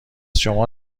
شما